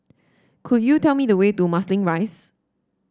could you tell me the way to Marsiling Rise